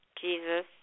Jesus